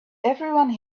everyone